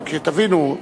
רק שתבינו,